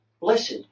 blessed